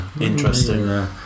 interesting